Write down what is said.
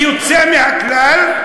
ליוצא מהכלל,